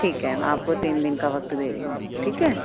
ٹھیک ہے میں آپ کو تین دن کا وقت دے رہی ہوں ٹھیک ہے